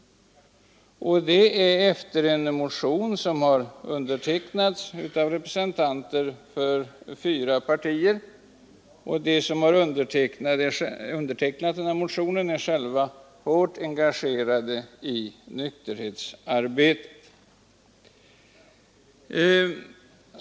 Det har skett i enlighet med en motion som har undertecknats av representanter för fyra partier, och undertecknarna är själva hårt engagerade i nykterhetsarbetet.